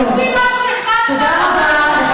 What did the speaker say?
תעשי משהו אחד פעם אחת לנשים.